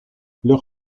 leur